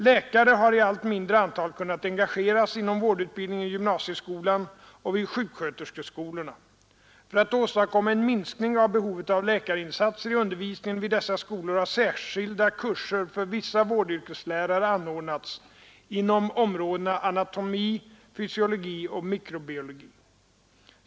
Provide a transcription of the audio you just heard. Läkare har i allt mindre antal kunnat engagera i gymnasieskolan och vid sjuksköterskeskolorna. För att åstadkomma en minskning av behovet av läkarinsatser i undervisningen vid dessa skolor har särskilda kurser för vissa vårdyrkeslärare anordnats inom områdena anatomi, fysiologi och mikrobiologi.